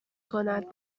کند